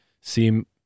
seem